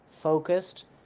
focused